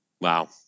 wow